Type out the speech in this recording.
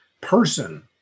person